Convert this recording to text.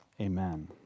Amen